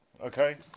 okay